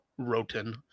Roten